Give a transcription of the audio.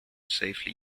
safely